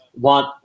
want